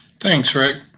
thanks, rick.